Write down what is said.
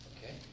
Okay